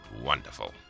Wonderful